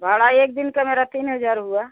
भाड़ा एक दिन का मेरा तीन हज़ार हुआ